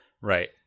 right